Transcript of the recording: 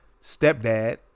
Stepdad